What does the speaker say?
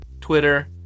Twitter